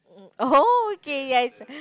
oh okay yes